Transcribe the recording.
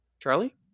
charlie